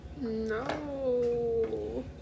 No